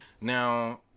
Now